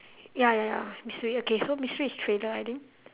ya ya mystery okay so mystery is thriller I think